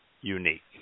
unique